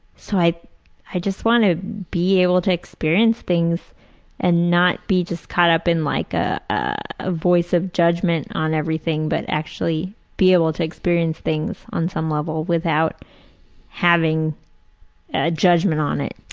so i i just want to be able to experience things and not be just caught up in like a voice of judgment on everything but actually be able to experience things on some level without having a judgment on it.